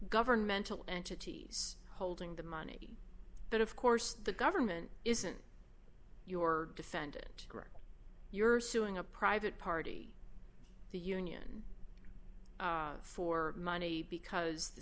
governmental entities holding the money but of course the government isn't your defendant greg you're suing a private party the union for money because the